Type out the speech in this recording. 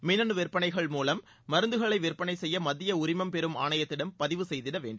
மின்னனு விற்பனைகள் மூலம் மருந்துகளை விற்பனை செய்ய மத்திய உரிமம் பெறம் ஆணைத்திடம் பதிவு செய்திட வேண்டும்